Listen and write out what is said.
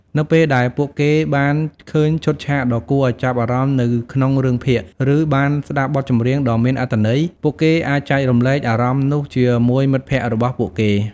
នៅពេលដែលពួកគេបានឃើញឈុតឆាកដ៏គួរឲ្យចាប់អារម្មណ៍នៅក្នុងរឿងភាគ ឬបានស្តាប់បទចម្រៀងដ៏មានអត្ថន័យ ពួកគេអាចចែករំលែកអារម្មណ៍នោះជាមួយមិត្តភក្តិរបស់ពួកគេ។